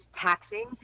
taxing